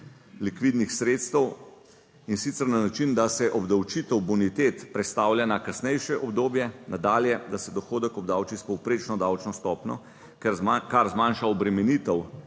likvidnih sredstev in sicer na način, da se obdavčitev bonitet prestavlja na kasnejše obdobje, nadalje, da se dohodek obdavči s povprečno davčno stopnjo, kar zmanjša obremenitev